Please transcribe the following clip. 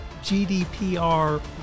GDPR